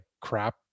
crap